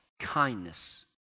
kindness